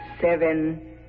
seven